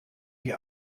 die